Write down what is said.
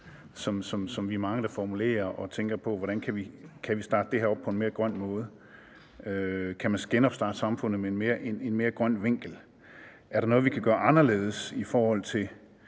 Vi er mange, der tænker på, hvordan vi kan starte det her op på en mere grøn måde. Kan man genstarte samfundet ud fra en mere grøn vinkel? Er der noget, vi kan gøre anderledes i forhold til